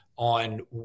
on